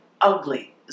ugly